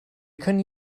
können